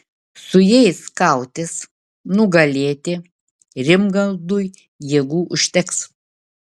su jais kautis nugalėti rimgaudui jėgų užteks